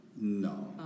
No